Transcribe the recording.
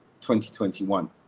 2021